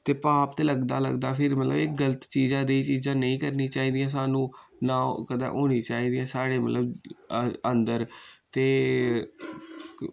ते पाप ते लगदा लगदा फिर मतलब एह् गलत चीज ऐ देही चीजां नेईं करनी चाहि दियां स्हानू ना कदै होनी चाहि दियां साढ़े मतलब अंदर ते